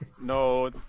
No